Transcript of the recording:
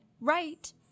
right